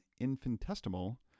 infinitesimal